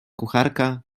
kucharka